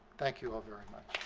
thank you all very much.